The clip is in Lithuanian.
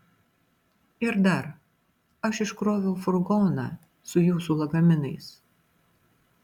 ir dar aš iškroviau furgoną su jūsų lagaminais